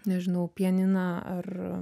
nežinau pianiną ar